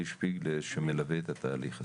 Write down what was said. שפיגלר שמלווה את התהליך הזה.